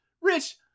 Rich